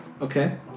Okay